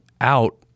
out